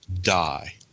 die